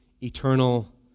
eternal